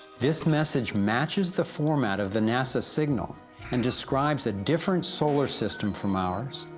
this message maches the format of the nasa signal and describes a different solar system from ours,